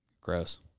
Gross